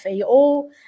FAO